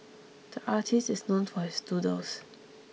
the artist is known for his doodles